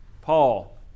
Paul